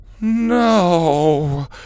No